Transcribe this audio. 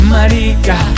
Marica